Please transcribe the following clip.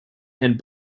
and